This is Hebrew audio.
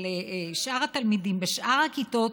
שאר התלמידים בשאר הכיתות,